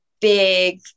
big